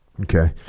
Okay